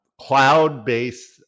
cloud-based